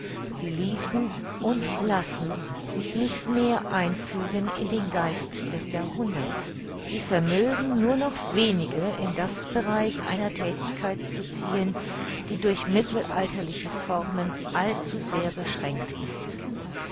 sie ließen und lassen sich nicht mehr einfügen in den geist des jahrhunderts sie vermögen nur noch wenige in das bereich einer thätigkeit zu ziehen die durch mittelalterliche formen allzu sehr beschränkt ist